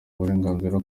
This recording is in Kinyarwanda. uburenganzira